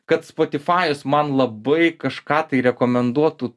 kad spotifajus man labai kažką tai rekomenduotų